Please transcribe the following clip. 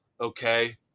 Okay